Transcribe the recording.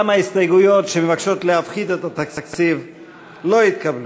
גם ההסתייגויות שמבקשות להפחית את התקציב לא התקבלו.